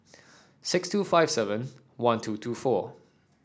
six two five seven one two two four